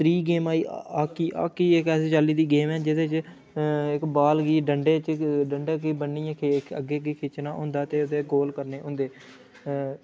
त्री गेम आई hockey hockey इक ऐसी चाल्ली दी गेम ऐ जेह्दे च अऽ इक बाल गी डंडे च डंडे गी ब'न्नियै अग्गै अग्गै खिच्चना होंदा ते ओह्दे गोल करने होंदे अऽ